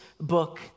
book